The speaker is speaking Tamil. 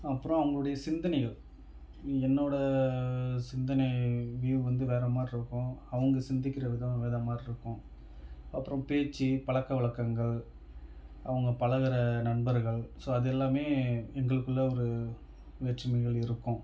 அப்புறோம் அவங்களுடைய சிந்தனைகள் என்னோடய சிந்தனை வியூவ் வந்து வேற மாரிருக்கும் அவங்க சிந்திக்கிற விதம் வேற மாரிருக்கும் அப்புறோம் பேச்சு பழக்கவழக்கங்கள் அவங்க பழகிற நண்பர்கள் ஸோ அது எல்லாமே எங்களுக்குள்ளே ஒரு வேற்றுமைகள் இருக்கும்